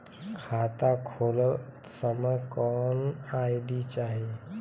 खाता खोलत समय कौन आई.डी चाही?